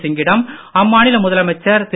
சிங்கிடம் அம்மாநில முதலமைச்சர் திரு